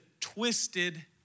twisted